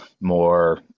more